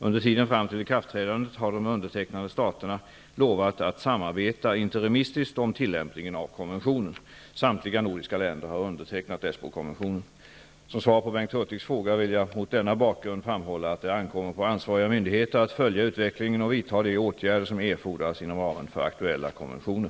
Under tiden fram till ikraftträdandet har de undertecknade staterna lovat att samarbeta interimistiskt om tillämpningen av konventionen. Samtliga nordiska länder har undertecknat Som svar på Bengt Hurtigs fråga vill jag mot denna bakgrund framhålla att det ankommer på ansvariga myndigheter att följa utvecklingen och vidta de åtgärder som erfordras inom ramen för aktuella konventioner.